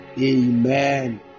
Amen